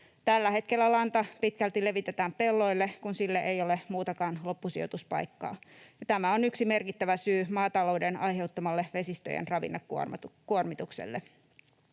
Tällä hetkellä lanta pitkälti levitetään pelloille, kun sille ei ole muutakaan loppusijoituspaikkaa. Tämä on yksi merkittävä syy maatalouden aiheuttamalle vesistöjen ravinnekuormitukselle.